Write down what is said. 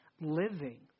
living